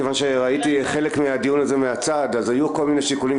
מכיוון שראיתי חלק מהדיון הזה מהצד אז היו כל מיני שיקולים,